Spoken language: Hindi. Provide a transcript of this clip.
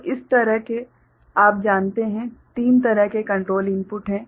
तो इस तरह के आप जानते है तीन तरह के कंट्रोल इनपुट हैं